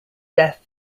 death